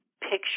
picture